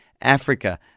Africa